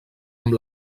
amb